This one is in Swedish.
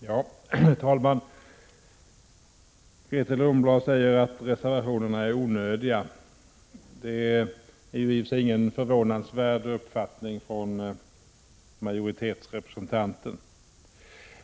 Herr talman! Grethe Lundblad säger att reservationerna är onödiga. Det är i och för sig ingen uppfattning från majoritetsrepresentanten som förvånar.